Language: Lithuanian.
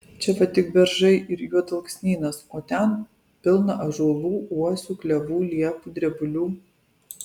čia va tik beržai ir juodalksnynas o ten pilna ąžuolų uosių klevų liepų drebulių